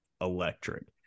electric